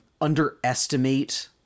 underestimate